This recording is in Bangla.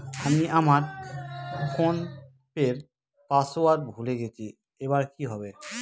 আমি আমার ফোনপের পাসওয়ার্ড ভুলে গেছি এবার কি হবে?